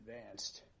advanced